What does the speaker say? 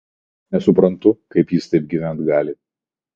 vapšė nesuprantu kaip jis taip gyvent gali